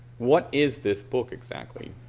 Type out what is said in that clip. what is this book exactly?